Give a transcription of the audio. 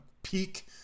Peak